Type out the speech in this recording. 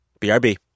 BRB